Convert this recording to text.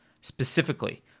specifically